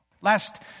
Last